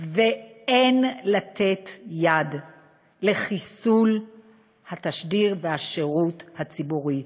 ואין לתת יד לחיסול התשדיר והשירות הציבורי.